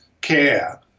care